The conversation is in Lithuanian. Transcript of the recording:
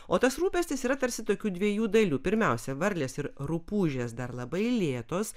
o tas rūpestis yra tarsi tokių dviejų dalių pirmiausia varlės ir rupūžės dar labai lėtos